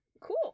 Cool